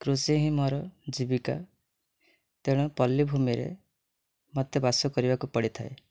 କୃଷି ହିଁ ମୋର ଜୀବିକା ତେଣୁ ପଲ୍ଲୀ ଭୂମିରେ ମୋତେ ବାସ କରିବାକୁ ପଡ଼ିଥାଏ